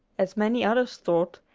as many others thought,